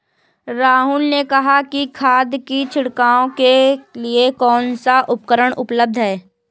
राहुल ने कहा कि खाद की छिड़काव के लिए कौन सा उपकरण उपलब्ध है?